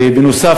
בנוסף,